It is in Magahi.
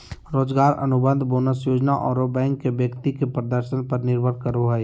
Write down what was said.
रोजगार अनुबंध, बोनस योजना आरो बैंक के व्यक्ति के प्रदर्शन पर निर्भर करो हइ